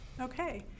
Okay